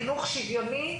חינוך שוויוני,